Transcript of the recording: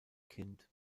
kind